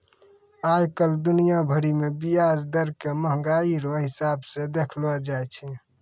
आइ काल्हि दुनिया भरि मे ब्याज दर के मंहगाइ रो हिसाब से देखलो जाय छै